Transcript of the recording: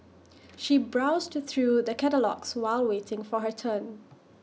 she browsed through the catalogues while waiting for her turn